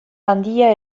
handia